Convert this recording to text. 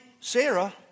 Sarah